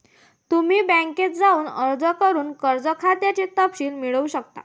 तुम्ही बँकेत जाऊन अर्ज करून कर्ज खात्याचे तपशील मिळवू शकता